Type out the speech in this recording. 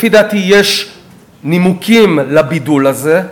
לפי דעתי יש נימוקים לבידול הזה,